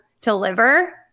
deliver